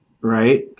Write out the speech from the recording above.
Right